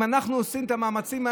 אם אנחנו עושים את המאמצים האלה,